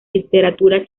literatura